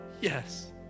Yes